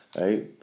right